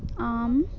आम्